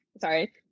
sorry